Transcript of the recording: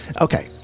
Okay